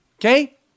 Okay